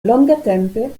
longatempe